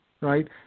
right